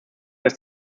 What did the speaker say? dass